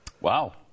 Wow